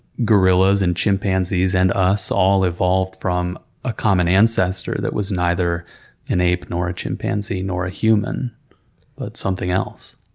gorillas, and chimpanzees, and us all evolved from a common ancestor that was neither an ape, nor a chimpanzee, nor a human, but something else.